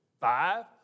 five